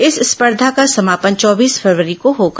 इस स्पर्धा का समापन चौबीस फरवरी को होगा